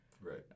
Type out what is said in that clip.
Right